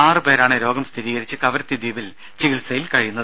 ആറു പേരാണ് രോഗം സ്ഥിരീകരിച്ച് കവരത്തി ദ്വീപിൽ ചികിത്സയിൽ കഴിയുന്നത്